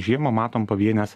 žiemą matom pavienes